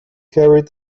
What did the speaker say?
carried